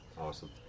Awesome